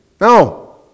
No